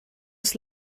des